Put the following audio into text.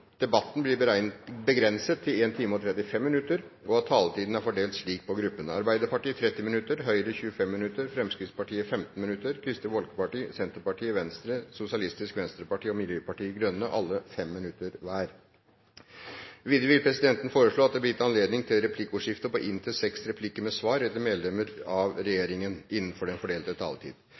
debatten blir begrenset til 1 time og 35 minutter, og at taletiden blir fordelt slik på gruppene: Arbeiderpartiet 30 minutter, Høyre 25 minutter, Fremskrittspartiet 15 minutter, Kristelig Folkeparti 5 minutter, Senterpartiet 5 minutter, Venstre 5 minutter, Sosialistisk Venstreparti 5 minutter og Miljøpartiet De Grønne 5 minutter. Videre vil presidenten foreslå at det blir gitt anledning til replikkordskifte på inntil seks replikker med svar etter medlem av regjeringen innenfor den fordelte taletid.